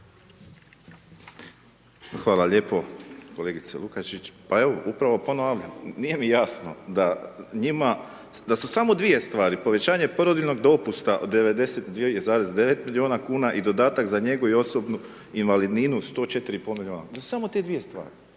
Hvala lijepo. Kolegice Lukačić, pa evo, upravo ponavljam, nije mi jasno da njima, da su samo dvije stvari povećanje porodiljnog dopusta od 92,9 milijuna kuna i dodatak za njegu i osobnu invalidninu 104,5 milijuna, da su samo te dvije stvari,